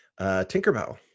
Tinkerbell